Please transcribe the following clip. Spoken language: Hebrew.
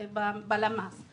בלמ"ס.